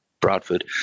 Bradford